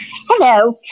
Hello